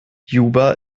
juba